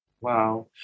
Wow